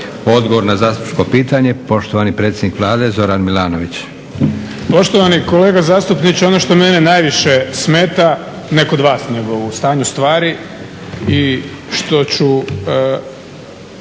Odgovor na zastupničko pitanje, poštovani predsjednik Vlade, Zoran Milanović. **Milanović, Zoran (SDP)** Poštovani kolega zastupniče, ono što mene najviše smeta, ne kod vas, nego u stanju stvari i što će